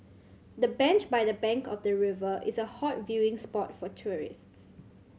the bench by the bank of the river is a hot viewing spot for tourists